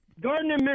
Gardner